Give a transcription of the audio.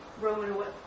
Roman